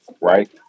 Right